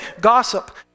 Gossip